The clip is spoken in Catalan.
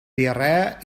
diarrea